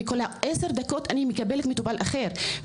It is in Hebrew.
כל עשר דקות אני מקבלת מטופל אחר.